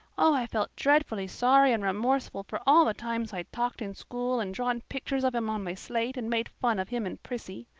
oh, i felt dreadfully sorry and remorseful for all the times i'd talked in school and drawn pictures of him on my slate and made fun of him and prissy.